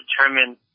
determine